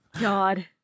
God